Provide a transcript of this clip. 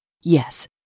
Yes